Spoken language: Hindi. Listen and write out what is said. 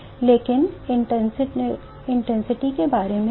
लेकिन इंटेंसिटी के बारे में क्या